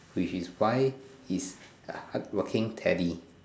which is why he is a hardworking Teddy